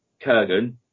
Kurgan